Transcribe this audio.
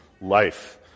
life